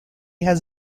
has